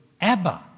Abba